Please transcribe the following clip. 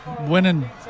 winning